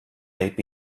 made